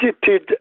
visited